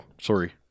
Sorry